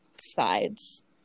sides